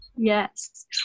Yes